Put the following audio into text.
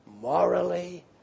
morally